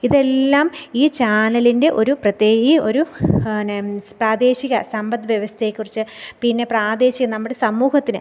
ഇതെല്ലാം ഈ ചാനലിൻ്റെ ഒരു പ്രത്യേ ഈ ഒരു എന്നെ പ്രാദേശിക സമ്പദ്വ്യവസ്ഥയെ കുറിച്ച് പിന്നെ പ്രാദേശിക നമ്മുടെ സമൂഹത്തിന്